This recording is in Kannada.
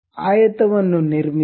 ಆಯತವನ್ನು ನಿರ್ಮಿಸಿ